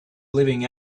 living